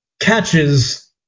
catches